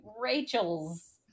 Rachel's